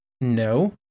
No